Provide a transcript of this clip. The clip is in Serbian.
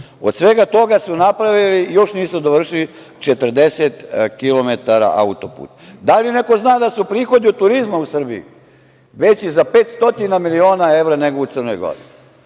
Od svega toga su napravili, a još nisu dovršili, 40km autoputa. Da li neko zna da su prihodi od turizma u Srbiji veći za 500 miliona evra nego u Crnoj Gori?